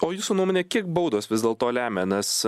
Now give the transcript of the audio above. o jūsų nuomone kiek baudos vis dėlto lemia nes